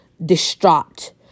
distraught